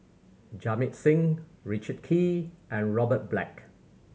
Jamit Singh Richard Kee and Robert Black